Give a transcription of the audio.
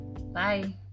Bye